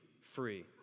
free